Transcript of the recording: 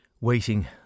Waiting